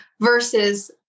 versus